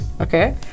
okay